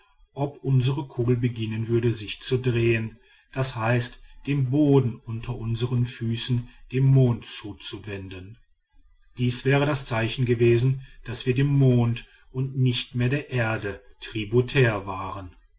ob unsere kugel beginnen würde sich zu drehen das heißt den boden unter unsern füßen dem mond zuzuwenden dies wäre das zeichen gewesen daß wir dem mond und nicht mehr der erde tributär waren